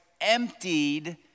emptied